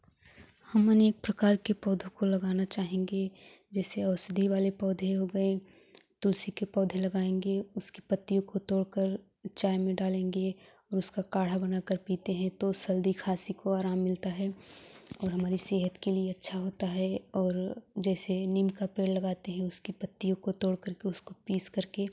हम अनेक प्रकार के पौधों को लगाना चाहेंगे जैसे औषधि वाले पौधे हो गए तुलसी के पौधे लगाएँगे उसके पत्तियों को तोड़कर चाय में डालेंगे और उसका काढ़ा बनाकर पीते हैं तो सर्दी खाँसी को आराम मिलता है और हमारी सेहत के लिए अच्छा होता है और जैसे नीम का पेड़ लगाते हैं उसकी पत्तियों को तोड़कर उसको पीस करके